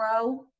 grow